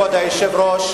כבוד היושב-ראש,